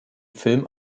film